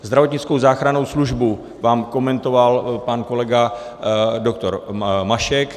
Zdravotnickou záchrannou službu vám komentoval pan kolega doktor Mašek.